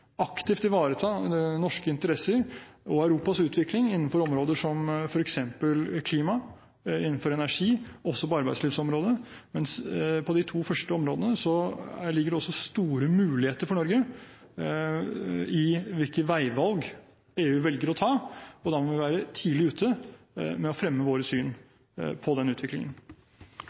aktivt ivareta norske interesser og Europas utvikling innenfor områder som f.eks. klima og energi, og også på arbeidslivsområdet, men på de to første områdene ligger det også store muligheter for Norge i hvilke veivalg EU velger å ta. Da må vi være tidlig ute med å fremme våre syn på den utviklingen.